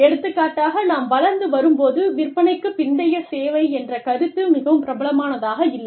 எடுத்துக்காட்டாக நாம் வளர்ந்து வரும் போது விற்பனைக்குப் பிந்தைய சேவை என்ற கருத்து மிகவும் பிரபலமானதாக இல்லை